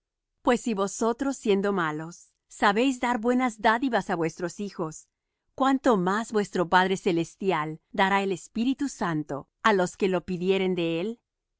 pues si vosotros siendo malos sabéis dar buenas dádivas á vuestros hijos cuánto más vuestro padre celestial dará el espíritu santo á los que lo pidieren de él